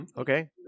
okay